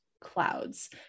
clouds